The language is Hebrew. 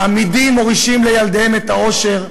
האמידים מורישים לילדיהם את העושר,